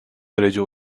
derece